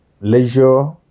leisure